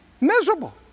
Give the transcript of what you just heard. Miserable